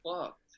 fucked